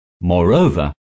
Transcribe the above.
Moreover